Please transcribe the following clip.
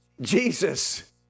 Jesus